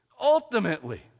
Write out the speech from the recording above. ultimately